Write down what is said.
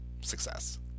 success